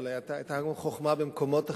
אבל היתה גם חוכמה במקומות אחרים.